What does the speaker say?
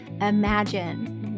Imagine